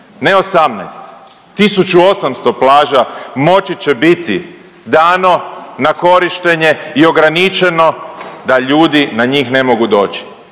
ne 18, 1800 plaža moći će biti dano na korištenje i ograničeno da ljudi na njih ne mogu doći,